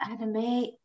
anime